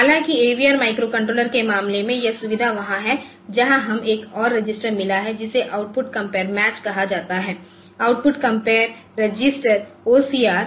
हालांकि AVR microcontroller के मामले में यह सुविधा वहां है जहां हमें एक और रजिस्टर मिला है जिसे आउटपुट कंपेयर मैच कहा जाता है आउटपुट कंपेयर रजिस्टर ओसीआर